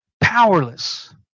Powerless